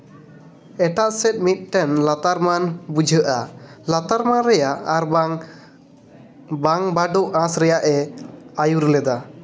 ᱮᱴᱟᱜ ᱥᱮᱫ ᱢᱤᱫᱴᱟᱝ ᱞᱟᱛᱟᱨᱢᱟᱱ ᱵᱩᱡᱷᱟᱹᱜᱼᱟ ᱞᱟᱛᱟᱨᱢᱟᱱ ᱨᱮᱭᱟᱜ ᱟᱨᱵᱟᱝ ᱵᱟᱝ ᱵᱟᱰᱳᱜ ᱟᱸᱥᱚᱜ ᱨᱮᱭᱟᱜ ᱟᱹᱭᱩᱨ ᱞᱮᱫᱟ